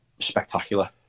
spectacular